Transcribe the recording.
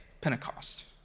Pentecost